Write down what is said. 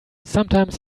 sometimes